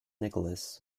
nicolas